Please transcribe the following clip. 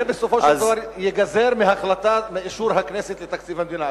זה בסופו של דבר ייגזר מאישור הכנסת לתקציב המדינה,